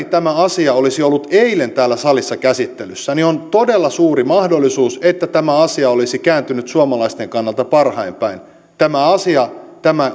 tämä asia olisi ollut eilen täällä salissa käsittelyssä on todella suuri mahdollisuus että tämä asia olisi kääntynyt suomalaisten kannalta parhain päin tämä